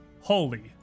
Holy